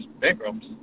bankrupt